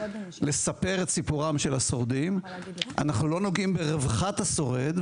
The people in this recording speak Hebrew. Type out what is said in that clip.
אנחנו לא נוגעים ברווחת השורד,